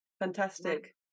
fantastic